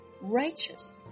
righteous